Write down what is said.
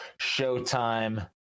Showtime